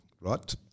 right